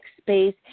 space